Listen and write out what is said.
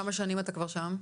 כמה שנים אתה כבר שם?